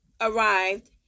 arrived